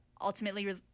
ultimately